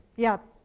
yeah,